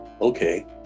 okay